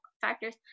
factors